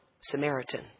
Samaritan